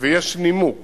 ויש נימוק